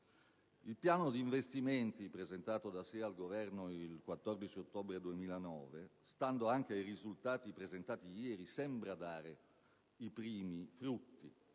Il piano di investimenti presentato da SEA al Governo il 14 ottobre 2009, stando anche ai risultati presentati ieri, sembra dare i primi frutti,